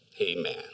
Amen